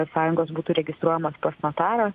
sąjungos būtų registruojamos pas notarą